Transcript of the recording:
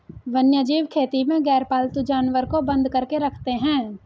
वन्यजीव खेती में गैरपालतू जानवर को बंद करके रखते हैं